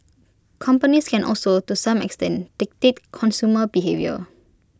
companies can also to some extent dictate consumer behaviour